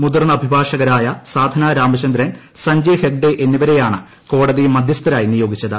മുതിർന്ന അഭിഭാഷകരായ സാധന രാമചന്ദ്രൻ സഞ്ജയ് ഹെഗ്ഡെ എന്നിവരെയാണ് കോടതി മധ്യസ്ഥരായി നിയോഗിച്ചത്